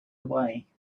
away